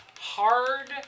hard